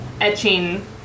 etching